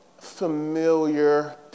familiar